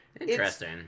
Interesting